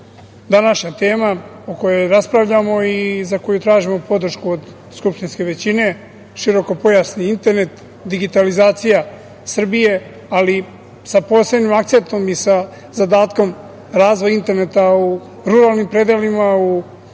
današnja tema o kojoj raspravljamo i za koju tražimo podršku od skupštinske većine, širokopojasni internet, digitalizacija Srbije, ali sa posebnim akcentom i sa zadatkom razvoja interneta u ruralnim predelima, u